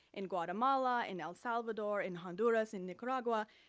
in guatemala, in el salvador, in honduras, in nicaragua,